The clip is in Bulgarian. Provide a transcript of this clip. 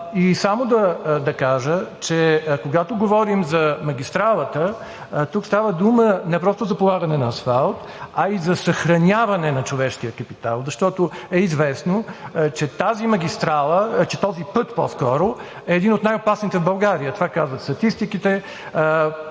И само да кажа, че когато говорим за магистралата, тук става въпрос не просто за полагане на асфалт, а и за съхраняване на човешкия капитал. Защото е известно, че тази магистрала, този път по-скоро, е един от най-опасните в България. Това показват статистиките.